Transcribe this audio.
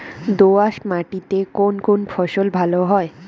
দোঁয়াশ মাটিতে কোন কোন ফসল ভালো হয়?